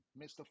Mr